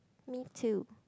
me too